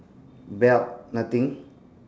belt nothing